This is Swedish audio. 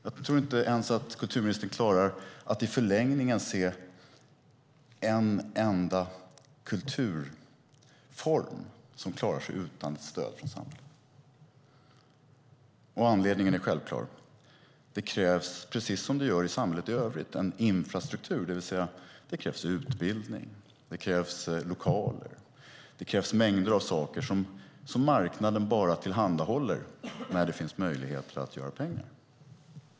Jag tror inte att kulturministern i förlängningen kan se en enda kulturform som klarar sig utan stöd från samhället. Anledningen är självklar. Det krävs, precis som i samhället i övrigt, en infrastruktur. Det krävs utbildning, lokaler och mängder av saker som marknaden bara tillhandahåller när det finns möjlighet att göra pengar.